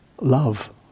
love